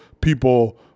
people